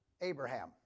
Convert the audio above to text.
Abraham